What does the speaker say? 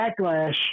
backlash